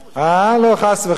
חס וחלילה.